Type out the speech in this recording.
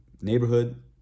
neighborhood